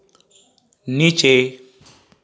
नीचे